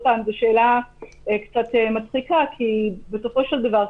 זאת שאלה קצת מצחיקה כי בסופו של דבר,